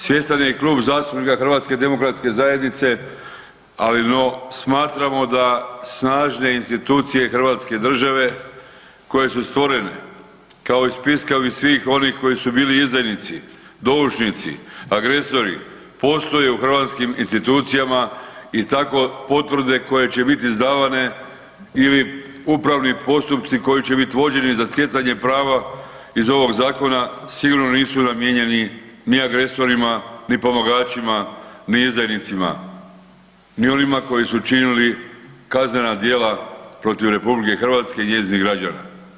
Svjestan je i Klub zastupnika HDZ-a, ali no smatramo da snažne institucije hrvatske države koje su stvorene kao i spiska svih onih koji su bili izdajnici, doušnici, agresori postoje u hrvatskim institucijama i tako potvrde koje će biti izdavane ili upravni postupci koji će biti vođeni za stjecanje prava iz ovog zakona sigurno nisu namijenjeni ni agresorima, ni pomagačima, ni izdajnicima, ni onima koji su činili kaznena djela protiv RH i njezinih građana.